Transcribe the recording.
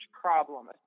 problem